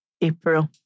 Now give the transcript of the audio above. April